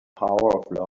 power